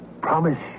Promise